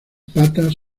patas